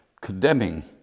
condemning